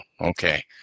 Okay